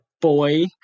boy